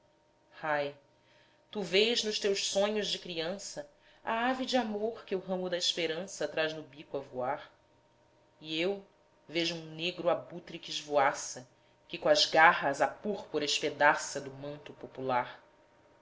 ai tu vês nos teus sonhos de criança a ave de amor que o ramo da esperança traz no bico a voar e eu vejo um negro abutre que esvoaça que co'as garras a púrpura espedaça do manto popular